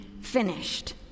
finished